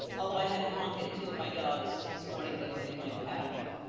although i had to honk at two of my dogs this morning. they were in my path.